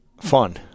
fun